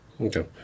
Okay